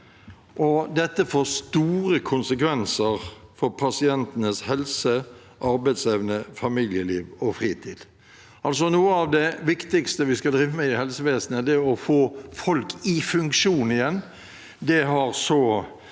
dette får store konsekvenser for pasientenes helse, arbeidsevne, familieliv og fritid. Altså: Noe av det viktigste vi skal drive med i helsevesenet, er å få folk i funksjon igjen,